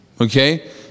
okay